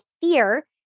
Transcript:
fear